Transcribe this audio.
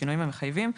בשינויים המחויבים,